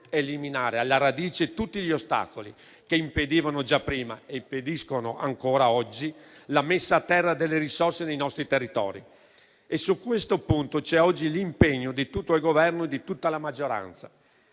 eliminare alla radice tutti gli ostacoli, che impedivano già prima e impediscono ancora oggi la messa a terra delle risorse dei nostri territori. Su questo punto c'è oggi l'impegno di tutto il Governo e di tutta la maggioranza.